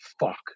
fuck